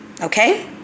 okay